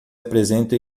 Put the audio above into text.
apresenta